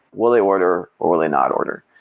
will they order or will they not order?